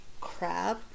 crab